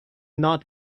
not